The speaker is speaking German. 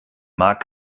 mag